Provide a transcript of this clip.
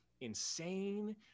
insane